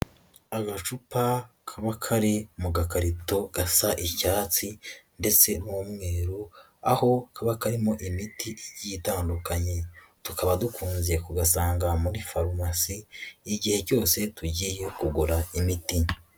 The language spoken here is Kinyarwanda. Agacupa kaba kari mu gakarito gasa icyatsi ndetse n'umweru, aho kaba karimo imiti igiye itandukanye, tukaba dukunze kugasanga muri farumasi, igihe cyose tugiyeyo kugura imiti.